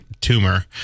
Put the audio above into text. tumor